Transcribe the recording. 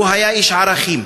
הוא היה איש ערכים.